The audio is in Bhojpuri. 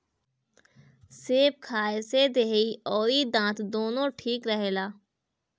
सेब खाए से देहि अउरी दांत दूनो ठीक रहेला